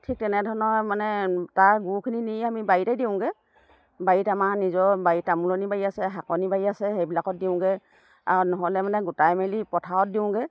ঠিক তেনেধৰণৰ মানে তাৰ গোখিনি নি আমি বাৰীতে দিওঁগৈ বাৰীত আমাৰ নিজৰ বাৰীত তামোলনি বাৰী আছে শাকনি বাৰী আছে সেইবিলাকত দিওঁগৈ আৰু নহ'লে মানে গোটাই মেলি পথাৰত দিওঁগৈ